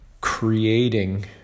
creating